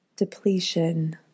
depletion